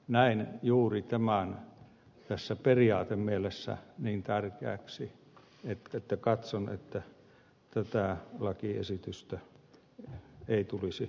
näen juuri tämän tässä periaatemielessä niin tärkeäksi että katson että tätä lakiesitystä ei tulisi hyväksyä